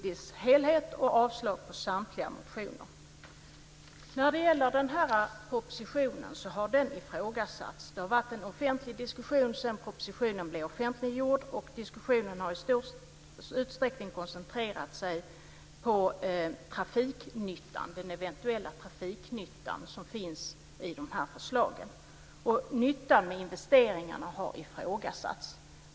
Den här propositionen har ifrågasatts. Det har varit en offentlig diskussion sedan propositionen blev offentliggjord, och diskussionen har i stor utsträckning koncentrerats på den eventuella trafiknyttan som finns i de här förslagen. Nyttan med investeringarna har ifrågasatts.